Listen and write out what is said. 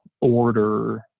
order